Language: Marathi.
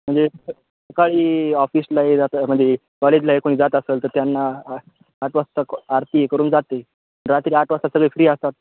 म्हणजे सकाळी ऑफिसला जाता म्हणजे कॉलेजला कोणी जात असेल तर त्यांना आ आठ वाजता आरती हे करून जाते रात्री आठ वाजता सगळे फ्री असतात